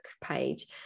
page